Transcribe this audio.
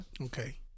Okay